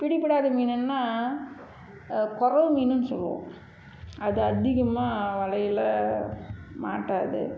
பிடிப்படாத மீனுன்னா குறவ மீனுன்னு சொல்லுவோம் அது அதிகமாக வலையில் மாட்டாது